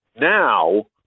Now